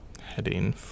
Heading